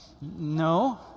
No